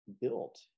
built